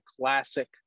classic